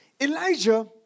Elijah